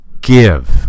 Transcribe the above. give